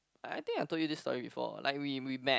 I think I told you this story before like we we met